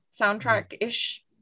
soundtrack-ish